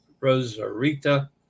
Rosarita